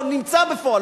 או נמצא בפועל,